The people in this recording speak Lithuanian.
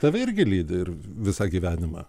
tave irgi lydi ir visą gyvenimą